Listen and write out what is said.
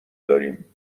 داریم